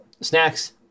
Snacks